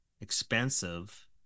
expensive